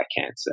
cancer